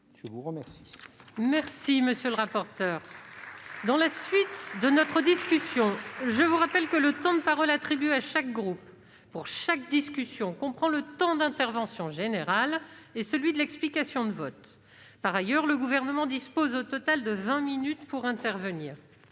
je vous remercie